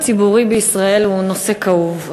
הדיור הציבורי בישראל הוא נושא כאוב,